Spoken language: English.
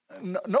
no